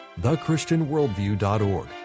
thechristianworldview.org